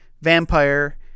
vampire